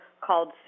called